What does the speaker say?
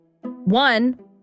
One